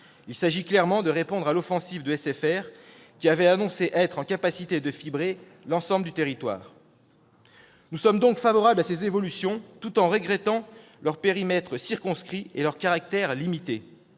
Il s'agit clairement de répondre à l'offensive de SFR, qui avait annoncé être en mesure de « fibrer » l'ensemble du territoire. Nous sommes donc favorables à ces évolutions tout en regrettant leur périmètre circonscrit et leur caractère limité.